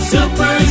Super